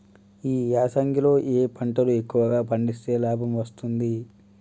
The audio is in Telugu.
ఈ యాసంగి లో ఏ పంటలు ఎక్కువగా పండిస్తే లాభం వస్తుంది?